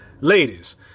ladies